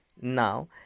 Now